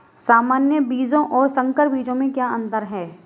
सामान्य बीजों और संकर बीजों में क्या अंतर है?